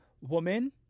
woman